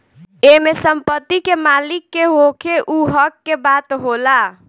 एमे संपत्ति के मालिक के होखे उ हक के बात होला